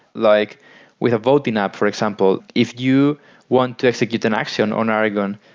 like we have voting app for example. if you want to to get an action on aragon,